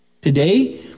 Today